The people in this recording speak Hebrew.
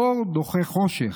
אור דוחה חושך.